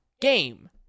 game